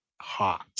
hot